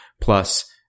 plus